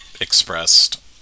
expressed